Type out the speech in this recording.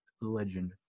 legend